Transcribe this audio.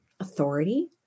authority